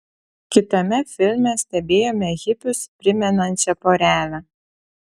kitame filme stebėjome hipius primenančią porelę